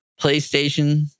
PlayStation